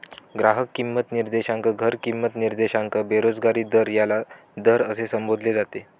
ग्राहक किंमत निर्देशांक, घर किंमत निर्देशांक, बेरोजगारी दर याला दर असे संबोधले जाते